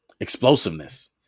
Explosiveness